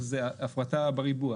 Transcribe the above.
אז זו הפרטה בריבוע.